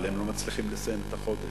אבל הם לא מצליחים לסיים את החודש.